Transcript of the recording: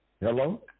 Hello